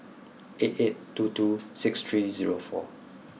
eight eight two two six three zero four